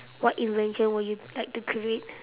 what invention would you like to create